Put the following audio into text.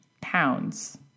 pounds